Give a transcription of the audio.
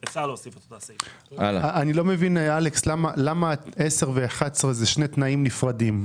אני לא מבין למה (10) ו-(11) הם שני תנאים נפרדים.